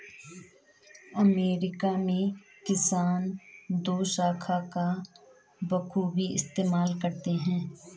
America में किसान दोशाखा का बखूबी इस्तेमाल करते हैं